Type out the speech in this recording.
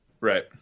right